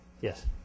Yes